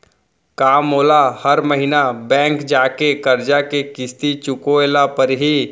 का मोला हर महीना बैंक जाके करजा के किस्ती चुकाए ल परहि?